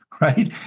right